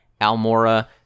Almora